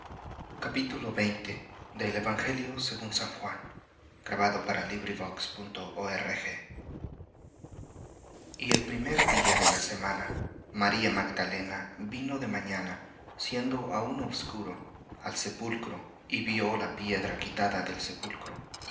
estaba cerca pusieron á jesús capítulo y el primer de la semana maría magdalena vino de mañana siendo aún obscuro al sepulcro y vió la piedra quitada del sepulcro